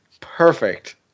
Perfect